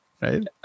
right